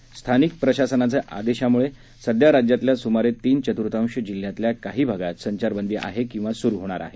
तरीही स्थानिक प्रशासनाच्या आदेशाम्ळं सध्या राज्यातल्या स्मारे तीन चत्र्थांश जिल्ह्यांतल्या काही भागांमध्ये संचारबंदीमध्ये आहे किंवा सुरू होणार आहे